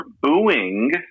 booing